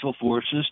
forces